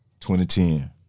2010